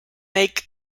make